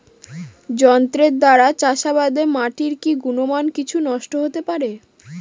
যন্ত্রের দ্বারা চাষাবাদে মাটির কি গুণমান কিছু নষ্ট হতে পারে?